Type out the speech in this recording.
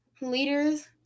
leaders